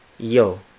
Yo